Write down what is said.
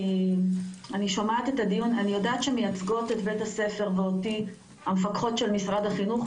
אני יודעת שמייצגות את בית הספר ואותי המפקחות של משרד החינוך,